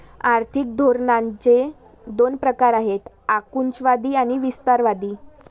आर्थिक धोरणांचे दोन प्रकार आहेत आकुंचनवादी आणि विस्तारवादी